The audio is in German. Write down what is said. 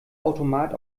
automat